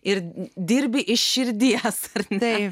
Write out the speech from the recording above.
ir dirbi iš širdies ar tikrai